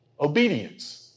Obedience